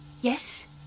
Yes